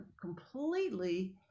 completely